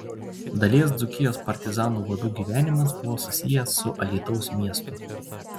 dalies dzūkijos partizanų vadų gyvenimas buvo susijęs su alytaus miestu